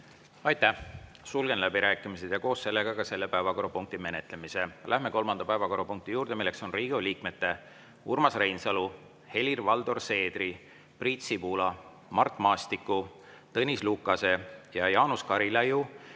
Aitäh! Sulgen läbirääkimised ja koos sellega ka selle päevakorrapunkti menetlemise. Läheme kolmanda päevakorrapunkti juurde: Riigikogu liikmete Urmas Reinsalu, Helir-Valdor Seedri, Priit Sibula, Mart Maastiku, Tõnis Lukase ja Jaanus Karilaiu